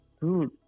Dude